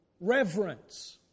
reverence